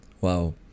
Wow